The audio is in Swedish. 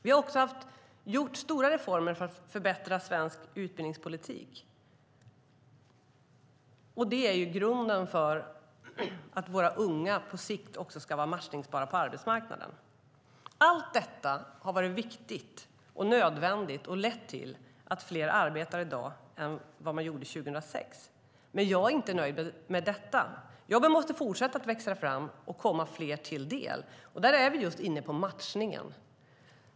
Vi har också gjort stora reformer för att förbättra svensk utbildningspolitik. Det är grunden för att våra unga på sikt ska vara matchningsbara på arbetsmarknaden. Allt detta har varit viktigt och nödvändigt och lett till att fler arbetar i dag än 2006. Men jag är inte nöjd med detta. Jobben måste fortsätta att växa fram och komma fler till del. Där är vi just inne på matchningen.